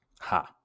Ha